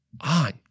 on